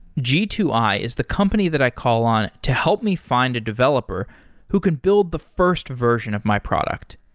g two i is the company that i call on to help me find a developer who can build the first version of my product.